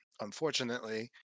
unfortunately